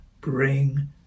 bring